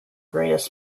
greatest